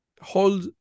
hold